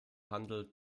handel